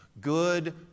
Good